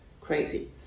crazy